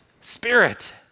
spirit